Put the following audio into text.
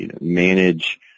manage